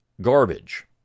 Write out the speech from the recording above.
Garbage